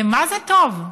למה זה טוב?